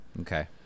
Okay